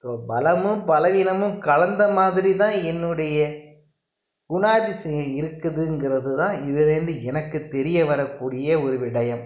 so பலமும் பலவீனமும் கலந்த மாதிரி தான் என்னுடைய குணாதிசயம் இருக்குதுங்கிறது தான் இதுலேந்து எனக்கு தெரிய வரக்கூடிய ஒரு விடயம்